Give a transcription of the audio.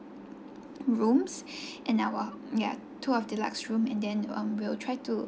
rooms and our yeah two of deluxe room and then um we will try to